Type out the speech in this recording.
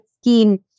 scheme